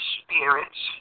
spirits